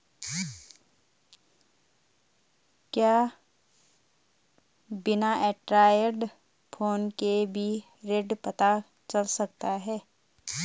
क्या बिना Android phone के भी रेट पता चल सकता है?